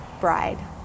bride